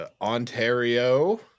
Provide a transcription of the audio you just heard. ontario